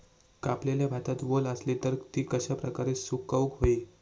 कापलेल्या भातात वल आसली तर ती कश्या प्रकारे सुकौक होई?